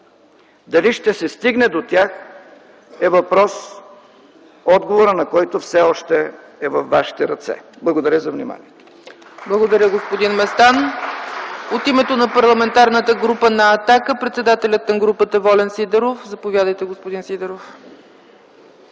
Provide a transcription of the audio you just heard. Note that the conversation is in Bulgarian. Дали ще се стигне до тях е въпрос, отговорът на който все още е във вашите ръце. Благодаря за вниманието.